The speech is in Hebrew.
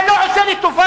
אתה לא עושה לי טובה.